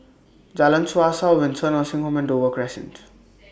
Jalan Suasa Windsor Nursing Home and Dover Crescent